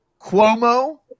Cuomo